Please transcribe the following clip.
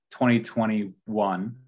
2021